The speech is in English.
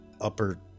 upper